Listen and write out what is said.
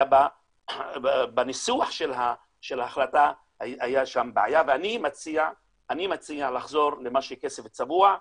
היה בניסוח של ההחלטה בעיה ואני מציע לחזור לכסף צבוע,